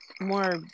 more